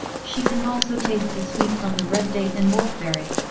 she can also taste the sweet from the red date and wolfberry.